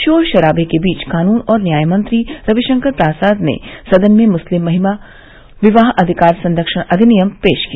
शोर शराबे के बीच कानून और न्याय मंत्री रविशंकर प्रसाद ने सदन में मुस्लिम महिला विवाह अधिकार संरक्षण अधिनियम पेश किया